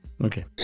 Okay